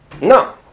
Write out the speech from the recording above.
No